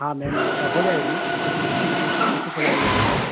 हाँ मैम बता हो जाएगी कितनी चाहिए कितनी सवारी है आपकी